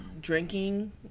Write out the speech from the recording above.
drinking